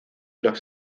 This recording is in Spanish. los